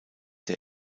der